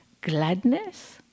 gladness